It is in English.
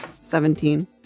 Seventeen